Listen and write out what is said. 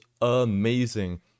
amazing